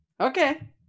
Okay